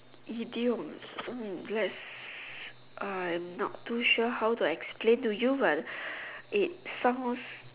idiom hmm yes I'm not too sure how to explain to you but it sounds